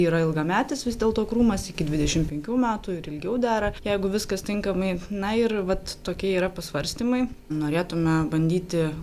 yra ilgametis vis dėlto krūmas iki dvidešimt penkių metų ir ilgiau dera jeigu viskas tinkamai na ir vat tokie yra pasvarstymai norėtume bandyti